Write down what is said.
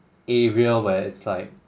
area where it's like